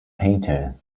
painter